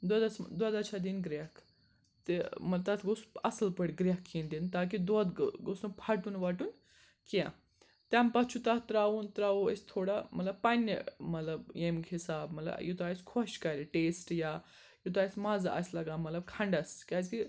دۄدھَس دۄدھَس چھِ دِنۍ گرٛیٚکھ تہِ مطلب تَتھ گوٚژھ اصٕل پٲٹھۍ گرٛیٚکھ یِنۍ دِنہٕ تاکہِ دۄدھ گوٚژھ نہٕ پھَٹُن وَٹُن کیٚنٛہہ تَمہِ پَتہٕ چھُ تَتھ ترٛاوُن ترٛاوٗو أسۍ تھوڑا مطلب پَننہِ مطلب ییٚمہِ حِساب مطلب یوٗتاہ اسہِ خۄش کَرِ ٹیسٹہٕ یا یوٗتاہ اسہِ مَزٕ آسہِ لَگان مطلب کھَنٛڈَس کیٛازِکہِ